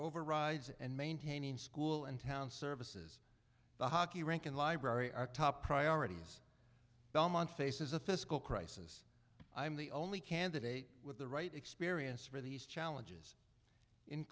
overrides and maintaining school in town services the hockey rink and library are top priorities belmont faces a fiscal crisis i'm the only candidate with the right experience for these challenges in